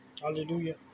Hallelujah